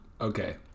okay